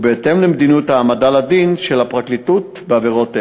ובהתאם למדיניות העמדה לדין של הפרקליטות בעבירות אלה.